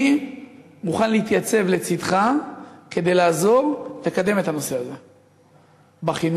אני מוכן להתייצב לצדך כדי לעזור לקדם את הנושא הזה בחינוך,